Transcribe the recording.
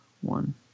One